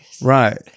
Right